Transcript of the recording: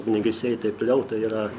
ugniagesiai ir taip toliau tai yra